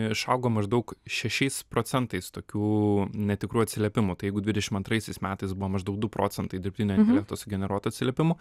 išaugo maždaug šešiais procentais tokių netikrų atsiliepimų tai jeigu dvidešim antraisiais metais buvo maždaug du procentai dirbtinio intelekto sugeneruotų atsiliepimų